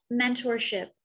mentorship